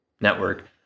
network